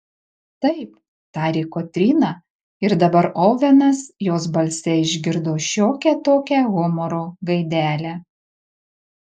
taip tarė kotryna ir dabar ovenas jos balse išgirdo šiokią tokią humoro gaidelę